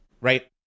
right